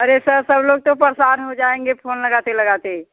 अरे सर सब लोग तो परेशान हो जाएंगे फोन लगाते लगाते